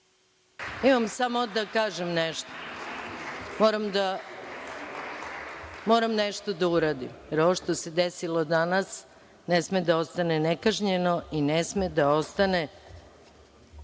da nešto kažem. Moram nešto da uradim. Ovo što se desilo danas ne sme da ostane nekažnjeno i ne sme da ostane